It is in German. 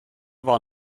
war